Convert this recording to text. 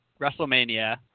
WrestleMania